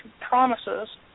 promises